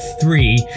three